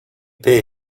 pay